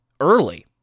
early